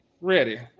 ready